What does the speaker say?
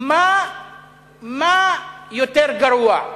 מה יותר גרוע,